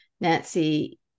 Nancy